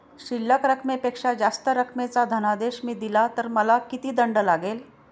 शिल्लक रकमेपेक्षा जास्त रकमेचा धनादेश मी दिला तर मला किती दंड लागेल?